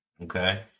Okay